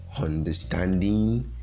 understanding